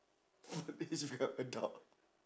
what age we are adult